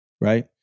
right